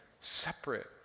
separate